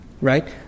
right